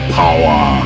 power